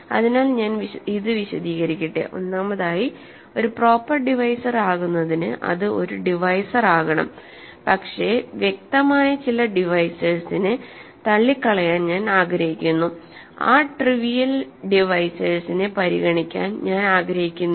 അതിനാൽ ഞാൻ ഇത് വിശദീകരിക്കട്ടെ ഒന്നാമതായി ഒരു പ്രോപ്പർ ഡിവൈസർ ആകുന്നതിനു അത് ഒരു ഡിവൈസർ ആകണം പക്ഷേ വ്യക്തമായ ചില ഡിവൈസേഴ്സിനെ തള്ളിക്കളയാൻ ഞാൻ ആഗ്രഹിക്കുന്നു ആ ട്രിവിയൽ ഡിവൈസേഴ്സിനെ പരിഗണിക്കാൻ ഞാൻ ആഗ്രഹിക്കുന്നില്ല